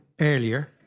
earlier